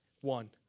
One